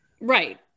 right